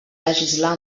legislar